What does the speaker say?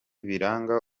biranga